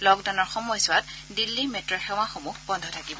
লকডাউনৰ সময়ছোৱাত দিল্লী মেট্ সেৱাসমূহ বন্ধ থাকিব